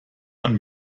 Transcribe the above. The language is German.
man